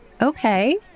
Okay